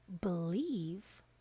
believe